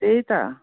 त्यही त